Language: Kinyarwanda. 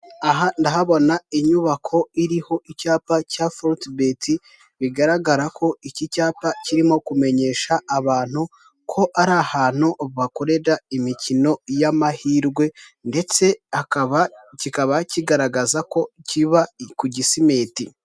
Aha ndahabona inyubako iriho icyapa cya forubeti bigaragara ko iki cyapa kirimo kumenyesha abantu ko ari ahantu bakorera imikino y'amahirwe, ndetse kikaba kigaragaza ko kiba ku Gisimeti.